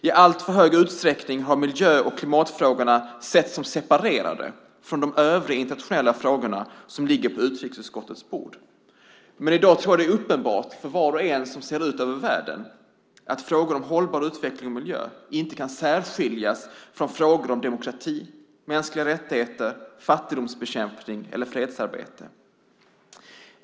I alltför stor utsträckning har miljö och klimatfrågorna setts som separerade från de övriga internationella frågor som ligger på utrikesutskottets bord. Men i dag tror jag att det är uppenbart för var och en som ser ut över världen att frågor om hållbar utveckling och miljö inte kan särskiljas från frågor om demokrati, mänskliga rättigheter, fattigdomsbekämpning eller fredsarbete.